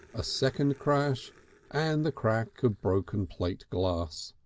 a second crash and the crack of broken plate glass.